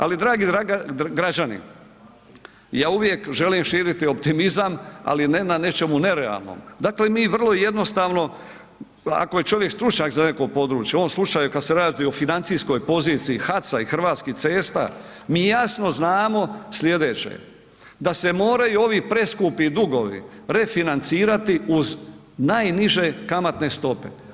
Ali dragi građani, ja uvijek želim širiti optimizam, ali ne na nečemu nerealnom, dakle mi vrlo jednostavno, ako je čovjek stručnjak za neko područje, u ovom slučaju kad se radi o financijskoj poziciji HAC-a i Hrvatskih cesta, mi jasno znamo slijedeće da se moraju ovi preskupi dugovi refinancirati uz najniže kamatne stope.